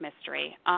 mystery